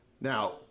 Now